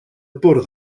bwrdd